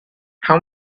how